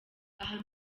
aha